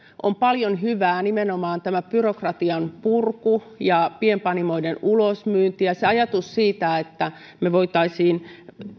on paljon hyvää nimenomaan tämä byrokratian purku ja pienpanimoiden ulosmyynti ja ajatus siitä että voisimme